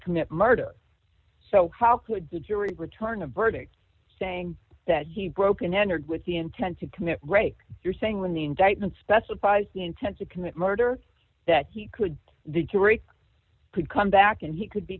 commit murder so how could the jury return a verdict saying that he broke and entered with the intent to commit rape you're saying when the indictment specifies the intent to commit murder that he could the jury could come back and he could be